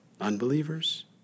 unbelievers